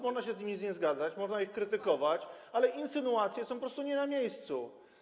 Można się z nimi nie zgadzać, można ich krytykować, ale insynuacje są po prostu nie na miejscu.